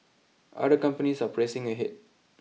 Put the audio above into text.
other companies are pressing ahead